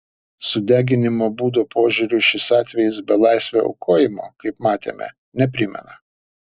sudeginimo būdo požiūriu šis atvejis belaisvio aukojimo kaip matėme neprimena